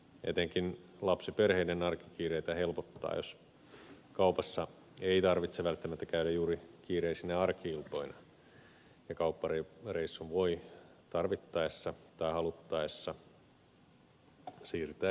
etenkin lapsiperheiden arkikiireitä helpottaa jos kaupassa ei tarvitse välttämättä käydä juuri kiireisinä arki iltoina ja kauppareissun voi tarvittaessa tai haluttaessa siirtää viikonlopuksikin